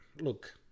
look